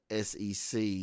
SEC